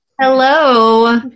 Hello